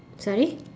sorry